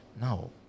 No